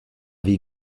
wie